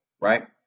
right